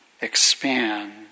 expand